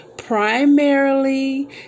primarily